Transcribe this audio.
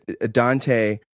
Dante